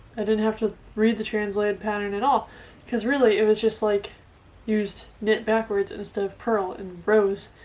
i didn't have to read the translated pattern at all because really it was just like used knit backwards instead of purl and rows,